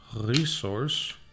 resource